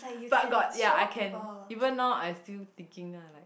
but got ya I can even now I still thinking ah like